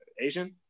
Asian